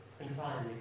entirely